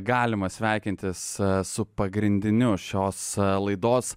galima sveikintis su pagrindiniu šios laidos